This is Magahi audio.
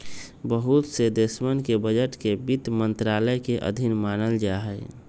बहुत से देशवन के बजट के वित्त मन्त्रालय के अधीन मानल जाहई